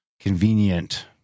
convenient